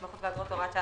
התמחות ואגרות) (הוראת שעה),